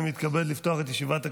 אני מתבקש לפתוח את ישיבת הכנסת,